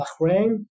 Bahrain